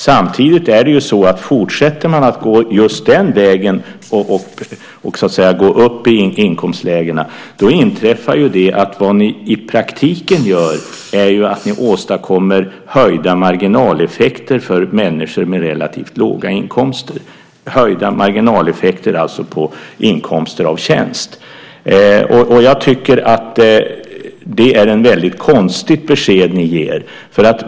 Samtidigt är det så, att fortsätter man att gå just den vägen och går upp i inkomstlägena inträffar det att vad ni i praktiken gör är att ni åstadkommer höjda marginaleffekter för människor med relativt låga inkomster, alltså höjda marginaleffekter på inkomster av tjänst. Jag tycker att det är ett väldigt konstigt besked ni ger.